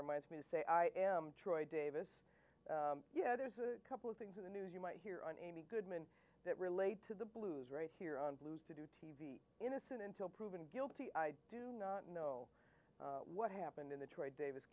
reminds me to say i am troy davis yeah there's a couple of things in the news you might hear on amy goodman that relate to the blues right here on blues to be innocent until proven guilty i do not know what happened in the troy davis